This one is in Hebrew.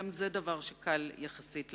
גם זה דבר שקל יחסית להסביר.